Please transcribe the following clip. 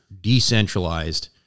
decentralized